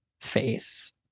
face